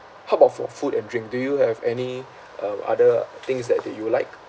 how about for food and drink do you have any um other things that do you like